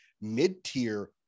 mid-tier